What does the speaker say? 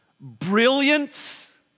brilliance